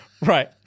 Right